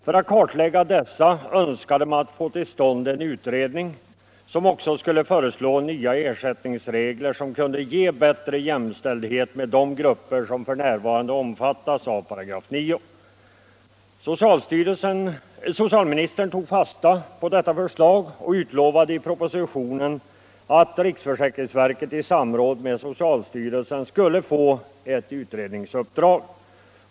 För att kartlägga dessa önskade man få till stånd en utredning som också skulle föreslå nya ersättningsregler, som kunde ge bättre jämställdhet med de grupper 5 informationsskrifter om främmande länder Socialministern tog fasta på detta förslag och utlovade i propositionen att riksförsäkringsverket i samråd med socialstyrelsen skulle få cut utredningsuppdrag.